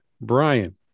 Brian